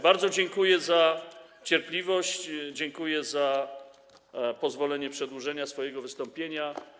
Bardzo dziękuję za cierpliwość, dziękuję za pozwolenie na przedłużenie mojego wystąpienia.